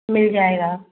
मिल जाएगा